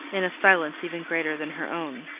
in a silence even greater than her own.